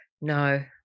No